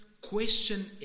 question